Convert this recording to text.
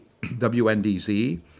WNDZ